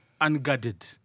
unguarded